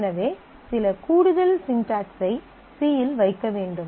எனவே சில கூடுதல் ஸிண்டக்ஸ் ஐ C இல் வைக்க வேண்டும்